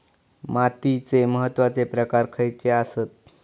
मातीचे महत्वाचे प्रकार खयचे आसत?